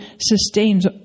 sustains